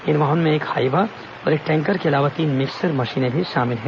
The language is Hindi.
इन वाहनों में एक हाईवा और एक टैंकर के अलावा तीन मिक्सर मशीन भी शामिल हैं